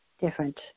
different